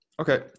Okay